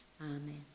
Amen